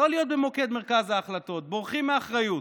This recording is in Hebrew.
לא להיות במוקד מרכז ההחלטות, בורחים מאחריות.